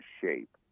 shape